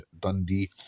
Dundee